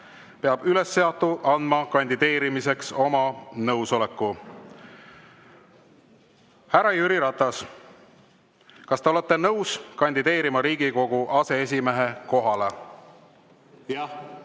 peab ülesseatu andma kandideerimiseks oma nõusoleku. Härra Jüri Ratas, kas te olete nõus kandideerima Riigikogu aseesimehe kohale? Jah.